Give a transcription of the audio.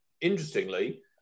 interestingly